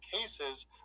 cases